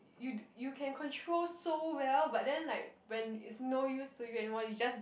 you d~ you can control so well but then like when it's no use to you anymore you just